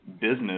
business